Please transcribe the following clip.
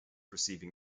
receiving